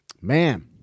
Man